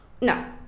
No